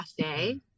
cafe